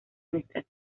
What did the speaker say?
nuestras